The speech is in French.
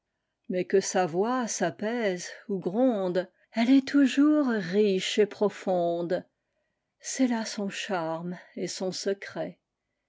mais que sa voix s'apaise ou gronde elle est toujours riche et profonde c'est là son charme et son secret